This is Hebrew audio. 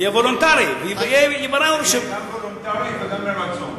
יהיה וולונטרי, יהיה גם וולונטרי וגם מרצון.